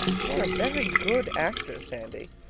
you are a very good actor, sandy.